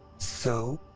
so.